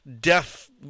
death